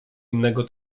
innego